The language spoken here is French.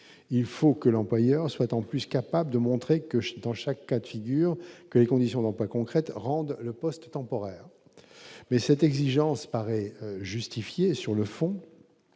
il faut que l'employeur souhaitant plus capable de montrer que dans chaque cas de figure, que les conditions d'emploi concrète rendent le poste temporaire mais cette exigence paraît justifiée sur le fond,